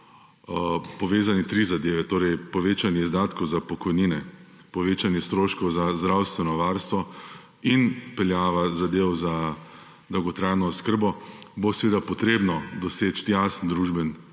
povezane tri zadeve, torej povečanje izdatkov za pokojnine, povečanje stroškov za zdravstveno varstvo in vpeljava zadev za dolgotrajno oskrbo, bo seveda treba doseči jasen družbeni